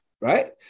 right